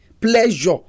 pleasure